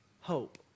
hope